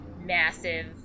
massive